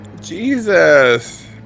jesus